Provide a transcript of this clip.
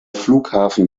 flughafen